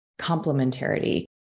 complementarity